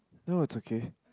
no it's okay